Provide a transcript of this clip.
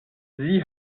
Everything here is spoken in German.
sie